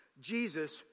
Jesus